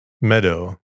Meadow